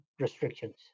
restrictions